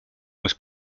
was